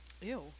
Ew